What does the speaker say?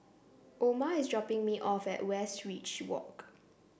Oma is dropping me off at Westridge Walk